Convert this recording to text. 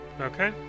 Okay